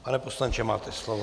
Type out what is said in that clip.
Pane poslanče, máte slovo.